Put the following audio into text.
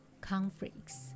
conflicts